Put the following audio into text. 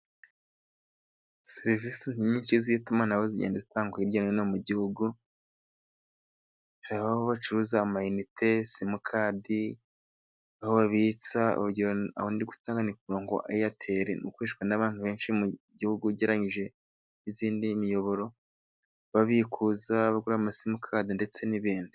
Serivisi nyinshi z'itumanaho zigenda zitangwa hirya no hino gihugu, hariho aho bacuruza amanite, simukadi, aho babitsa urugero ndigutanga ni k'umurongo wa Eyateli ukoreshwa n'abakiriya benshi mu gihugu ugereranyije n'izindi miyoboro, babikuza bagura amasimukadi ndetse n'ibindi.